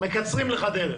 מקצרים לך דרך.